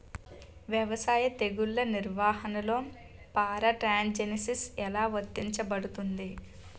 వ్యవసాయ తెగుళ్ల నిర్వహణలో పారాట్రాన్స్జెనిసిస్ఎ లా వర్తించబడుతుంది?